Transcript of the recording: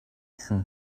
and